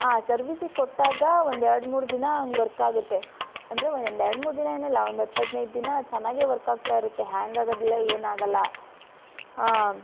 ಹಾಂ ಸರ್ವೀಸಿಗೆ ಕೊಟ್ಟಾಗ ಒಂದು ಎರಡ್ಮೂರು ದಿನ ಹಾಗೆ ವರ್ಕಾಗತ್ತೆ ಅಂದರೆ ಒಂದು ಎರಡ್ಮೂರು ದಿನ ಏನಲ್ಲ ಒಂದು ಹತ್ತು ಹದಿನೈದು ದಿನ ಚೆನ್ನಾಗೇ ವರ್ಕಾಗ್ತಾ ಇರತ್ತೆ ಹ್ಯಾಂಗ್ ಆಗೋದಿಲ್ಲ ಏನಾಗಲ್ಲ ಹಾಂ